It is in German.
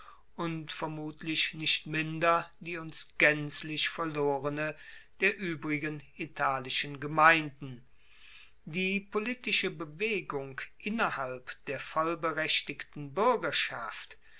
und vermutlich nicht minder die uns gaenzlich verlorene der uebrigen italischen gemeinden die politische bewegung innerhalb der vollberechtigten buergerschaft